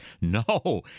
No